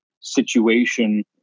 situation